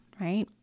right